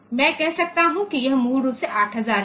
तो मैं कह सकता हूं कि यह मूल रूप से 8000 है